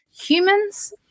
humans